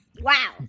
Wow